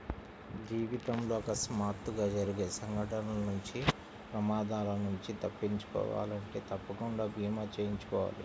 జీవితంలో అకస్మాత్తుగా జరిగే సంఘటనల నుంచి ప్రమాదాల నుంచి తప్పించుకోవాలంటే తప్పకుండా భీమా చేయించుకోవాలి